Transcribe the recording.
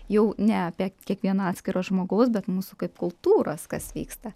jau ne apie kiekviena atskiro žmogaus bet mūsų kaip kultūros kas vyksta